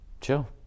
chill